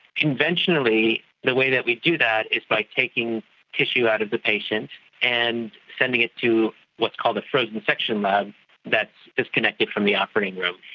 conventionally the way that we do that is by taking tissue out of the patient and sending it to what's called a frozen section lab that is disconnected from the operating room,